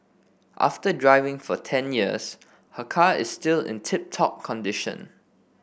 after driving for ten years her car is still in tip top condition